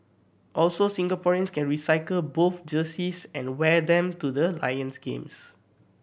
also Singaporeans can recycle both jerseys and wear them to the Lions games